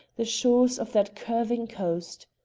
the shores of that curving coast.